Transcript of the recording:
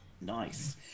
Nice